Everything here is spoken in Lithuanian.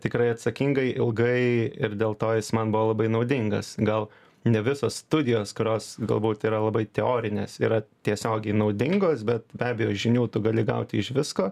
tikrai atsakingai ilgai ir dėl to jis man buvo labai naudingas gal ne visos studijos kurios galbūt yra labai teorinės yra tiesiogiai naudingos bet be abejo žinių tu gali gauti iš visko